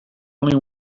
only